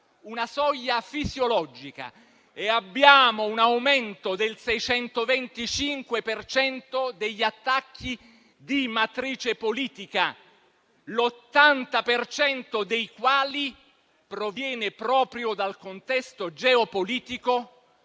una soglia fisiologica, e abbiamo un aumento del 625 per cento degli attacchi di matrice politica, l'80 per cento dei quali proviene proprio dal contesto geopolitico